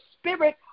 spirit